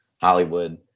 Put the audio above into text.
Hollywood